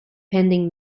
pending